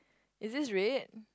is this red